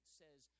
says